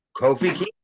Kofi